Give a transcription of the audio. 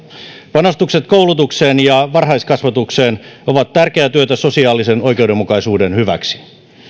panostukset koulutukseen ja varhaiskasvatukseen ovat tärkeää työtä sosiaalisen oikeudenmukaisuuden hyväksi